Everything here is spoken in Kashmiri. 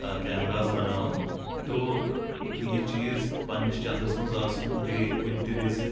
کیمراز بناوان تو یہِ چیٖز پننس چندس منٛز آسُن تہٕ بیٚیہِ کُنہِ تہِ وِزِ